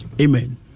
Amen